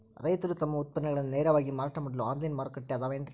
ರೈತರು ತಮ್ಮ ಉತ್ಪನ್ನಗಳನ್ನ ನೇರವಾಗಿ ಮಾರಾಟ ಮಾಡಲು ಆನ್ಲೈನ್ ಮಾರುಕಟ್ಟೆ ಅದವೇನ್ರಿ?